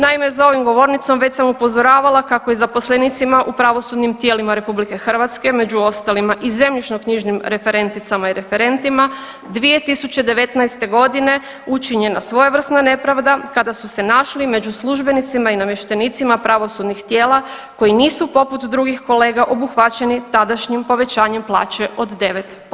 Naime, za ovom govornicom već sam upozoravala kako je zaposlenicima u pravosudnim tijelima Republike Hrvatske među ostalima i zemljišno-knjižnim referenticama i referentima 2019. godine učinjena svojevrsna nepravda kada su se našli među službenicima i namještenicima pravosudnih tijela koji nisu poput drugih kolega obuhvaćeni tadašnjim povećanjem plaće od 9%